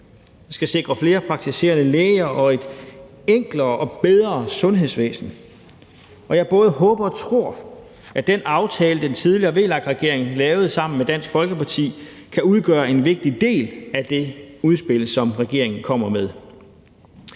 Vi skal sikre flere praktiserende læger og et enklere og bedre sundhedsvæsen, og jeg både håber og tror, at den aftale, den tidligere VLAK-regering lavede sammen med Dansk Folkeparti, kan udgøre en vigtig del af det udspil, som regeringen kommer med.